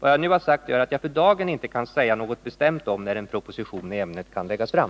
Vad jag nu har sagt gör att jag för dagen inte kan säga något bestämt om när en proposition i ämnet kan läggas fram.